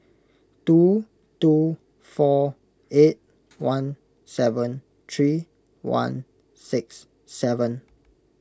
two two four eight one seven three one six seven